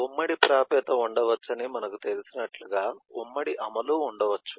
ఉమ్మడి ప్రాప్యత ఉండవచ్చని మనకు తెలిసినట్లుగా ఉమ్మడి అమలు ఉండవచ్చు